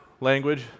language